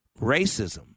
racism